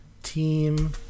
team